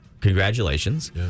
Congratulations